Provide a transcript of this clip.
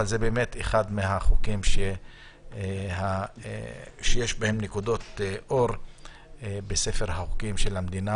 אבל זה באמת אחד החוקים שיש בהם נקודות אור בספר החוקים של המדינה.